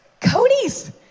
Cody's